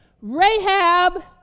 Rahab